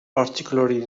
particularly